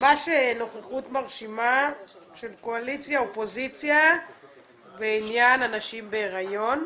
ממש נוכחות מרשימה של קואליציה-אופוזיציה בעניין הנשים בהריון.